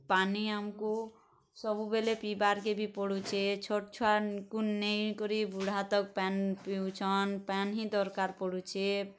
ପାନି ଆମ୍କୁ ସବୁବେଲେ ପିଇବାର୍କେ ଭି ପଡ଼ୁଛେ ଛୋଟ୍ ଛୁଆଙ୍କନୁ ନେଇକରି ବୁଢ଼ା ତକ୍ ପାଏନ୍ ପିଉଛନ୍ ପାଏନ୍ ହିଁ ଦରକାର୍ ପଡ଼ୁଛେ